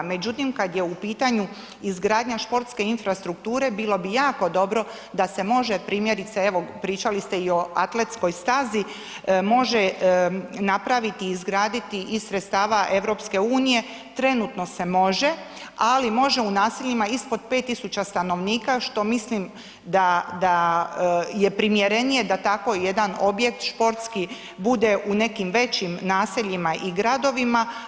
Međutim, kad je u pitanju izgradnja športske infrastrukture, bilo bi jako dobro, da se može, primjerice, pričali ste i o atletskoj stazi, može napraviti i izgraditi iz sredstava EU trenutno se može, ali može u naseljima ispod 5 tisuća stanovnika što mislim da je primjerenije da tako jedan objekt športski bude u nekim većim naseljima i gradovima.